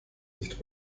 nicht